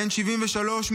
בן 73,